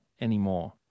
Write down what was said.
anymore